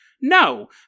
No